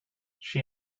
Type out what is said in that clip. she